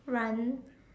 run